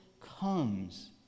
comes